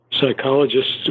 psychologists